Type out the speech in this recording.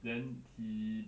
then he